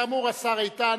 כאמור, השר איתן